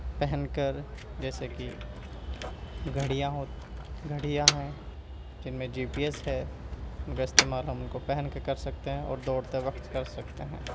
پہن کر جیسے کہ گھڑیاں ہوت گھڑیاں ہیں جن میں جی پی ایس ہے ان کا استعمال ہم ان کو پہن کر کرسکتے ہیں اور دوڑتے وقت کر سکتے ہیں